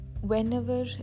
Whenever